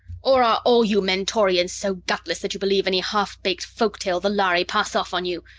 or are all you mentorians so gutless that you believe any half-baked folk tale the lhari pass off on you?